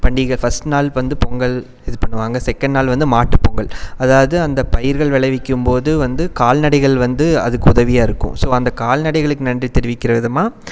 பண்டிகை ஃபர்ஸ்ட் நாள் வந்து பொங்கல் இது பண்ணுவாங்க செகெண்ட் நாள் வந்து மாட்டுப்பொங்கல் அதாவது அந்த பயிர்கள் விளைவிக்கும் போது வந்து கால்நடைகள் வந்து அதுக்கு உதவியாக இருக்கும் ஸோ அந்த கால்நடைகளுக்கு நன்றி தெரிவிக்கிற விதமாக